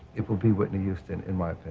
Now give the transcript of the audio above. it will be whitney houston. in my